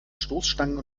stoßstangen